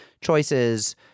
choices